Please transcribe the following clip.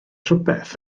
rhywbeth